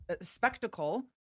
Spectacle